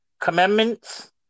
commandments